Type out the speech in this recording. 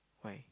my